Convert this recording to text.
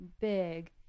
big